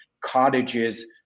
cottages